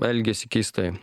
elgiasi keistai